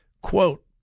Quote